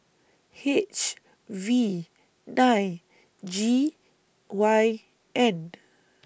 H V nine G Y N